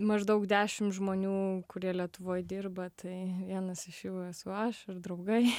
maždaug dešim žmonių kurie lietuvoj dirba tai vienas iš jų esu aš ir draugai